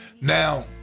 Now